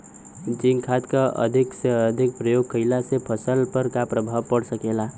Zinc खाद क अधिक से अधिक प्रयोग कइला से फसल पर का प्रभाव पड़ सकेला?